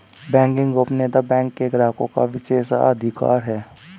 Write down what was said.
banking गोपनीयता bank के ग्राहकों का विशेषाधिकार है